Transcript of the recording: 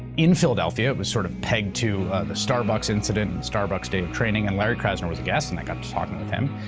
in philadelphia. it was sort of petting to the starbucks incident and starbucks day of and training, and larry krasner was a guest, and i got to talking with him,